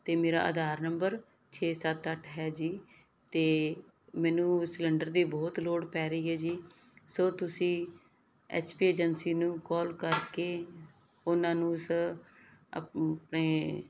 ਅਤੇ ਮੇਰਾ ਆਧਾਰ ਨੰਬਰ ਛੇ ਸੱਤ ਅੱਠ ਹੈ ਜੀ ਅਤੇ ਮੈਨੂੰ ਸਿਲੰਡਰ ਦੀ ਬਹੁਤ ਲੋੜ ਪੈ ਰਹੀ ਹੈ ਜੀ ਸੋ ਤੁਸੀਂ ਐਚ ਪੀ ਏਜੰਸੀ ਨੂੰ ਕਾਲ ਕਰਕੇ ਉਹਨਾਂ ਨੂੰ ਉਸ ਆਪਣੇ